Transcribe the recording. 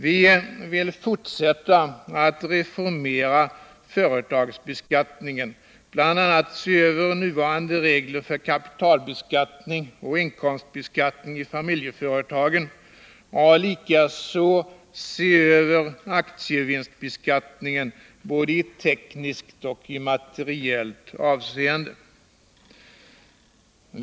Vi vill fortsätta att reformera företagsbeskattningen, bl.a. se över nuvarande regler för kapitalbeskattning och inkomstbeskattning av familjeföretagen och likaså se över aktievinstbeskattningen, både i tekniskt och i materiellt avseende.